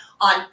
on